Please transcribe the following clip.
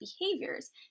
behaviors